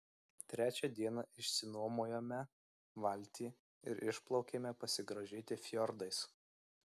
trečią dieną išsinuomojome valtį ir išplaukėme pasigrožėti fjordais